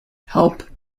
help